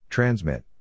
Transmit